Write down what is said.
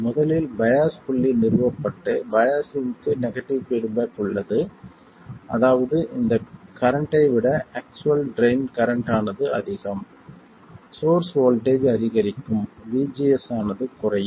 முதலில் பையாஸ் புள்ளி நிறுவப்பட்டு பையாஸ்ங்க்கு நெகடிவ் பீட்பேக் உள்ளது அதாவது இந்த கரண்ட்டை விட ஆக்சுவல் ட்ரைன் கரண்ட் ஆனது அதிகம் சோர்ஸ் வோல்ட்டேஜ் அதிகரிக்கும் VGS ஆனது குறையும்